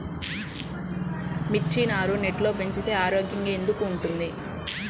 మిర్చి నారు నెట్లో పెంచితే ఆరోగ్యంగా ఎందుకు ఉంటుంది?